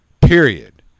period